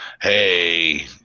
hey